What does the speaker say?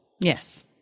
yes